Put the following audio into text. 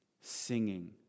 singing